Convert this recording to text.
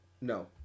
no